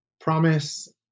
promise